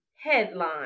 headline